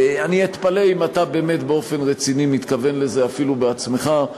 אני אתפלא אם אתה באמת באופן רציני מתכוון לזה אפילו בעצמך,